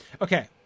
Okay